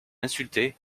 insulté